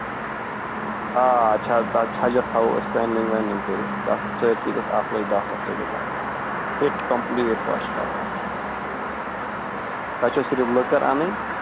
آ چھج تَتھ چھجَس تھاوَو أسۍ پینلِنٛگ وینلِنٛگ کٔرِتھ تَتھ سٲرسٕے گژھِ اکھ لَچھ دہ ساس رۄپیہِ تام تۄہہِ فِٹ کَمپٔلیٖٹ پَش کرنَس اچھا صِرف لٔکٕر اَنٕنۍ